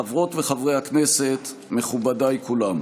חברות וחברי הכנסת, מכובדיי כולם,